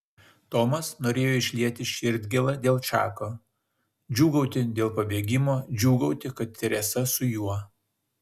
tomas norėjo išlieti širdgėlą dėl čako džiūgauti dėl pabėgimo džiūgauti kad teresa su juo